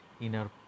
inner